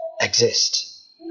exist